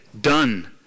done